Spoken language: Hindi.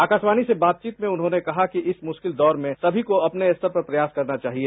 आकाशवाणी से बातचीत में उन्होंने कहा कि इस मुश्किल दौर में समी को अपने स्तर पर प्रयास करना चाहिए